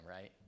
right